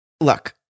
Look